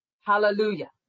Hallelujah